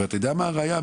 ואתה יודע מה הראייה?